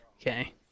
Okay